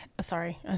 Sorry